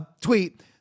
tweet